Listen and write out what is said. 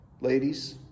ladies